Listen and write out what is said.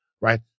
right